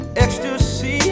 ecstasy